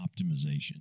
Optimization